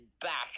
back